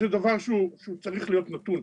זה צריך להיות נתון.